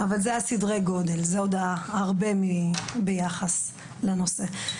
אבל אלה סדרי הגודל, זה עוד הרבה ביחס לנושא הזה.